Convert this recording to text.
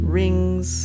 rings